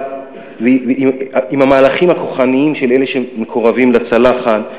עם המהלכים הכוחניים של אלה שמקורבים לצלחת,